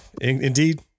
Indeed